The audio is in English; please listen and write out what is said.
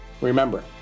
Remember